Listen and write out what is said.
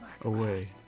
away